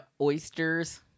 oysters